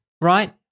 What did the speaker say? right